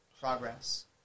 progress